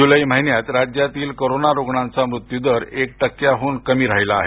जुलै महिन्यात राज्यातील कोरोना रुग्णांचा मृत्युदर एक टक्क्यांहून कमी राहीला आहे